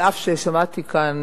אף-על-פי ששמעתי כאן,